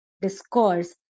discourse